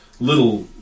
little